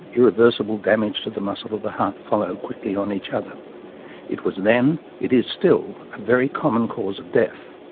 irreversible damage to the muscle of the heart follow quickly on each other it was then it is still a very common cause of death.